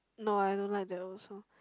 no I don't like that also